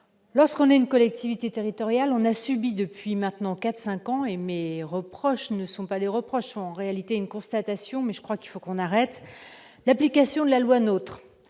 lorsqu'on est une collectivité territoriale on a subi, depuis maintenant 4 5 ans et mes reproches ne sont pas les reproches en réalité une constatation, mais je crois qu'il faut qu'on arrête l'application de la loi nôtre